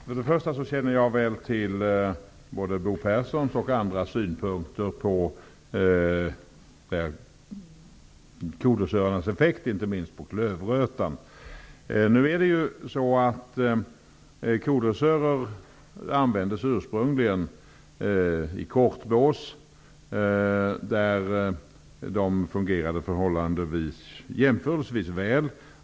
Fru talman! Jag känner väl till både Bo Pehrsons och andras synpunkter på kodressörernas effekt inte minst på klövrötan. Kodressörer användes ursprungligen i kortbås, och det fungerade jämförelsevis väl.